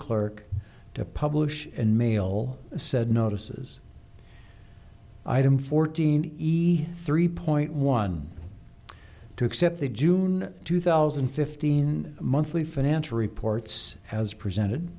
clerk to publish and mail said notices item fourteen be three point one to accept the june two thousand and fifteen monthly financial reports as presented